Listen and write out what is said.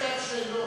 הוא לא בשעת שאלות.